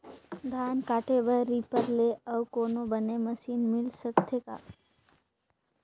धान काटे बर रीपर ले अउ कोनो बने मशीन मिल सकथे का?